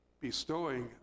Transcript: bestowing